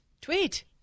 Tweet